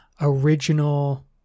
original